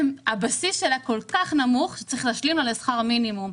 כשבעצם הבסיס שלה כל כך נמוך שצריך להשלים לה לשכר מינימום.